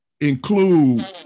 include